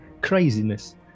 Craziness